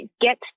get